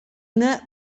una